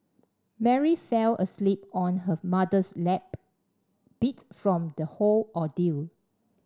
Mary fell asleep on her mother's lap beat from the whole ordeal